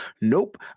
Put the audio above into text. Nope